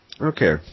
Okay